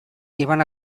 iban